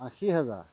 আশী হেজাৰ